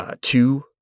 Two